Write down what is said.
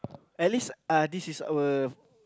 at least uh is this our